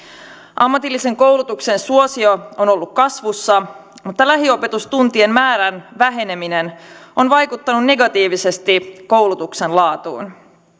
ammatillisen koulutuksen suosio on ollut kasvussa mutta lähiopetustuntien määrän väheneminen on vaikuttanut negatiivisesti koulutuksen laatuun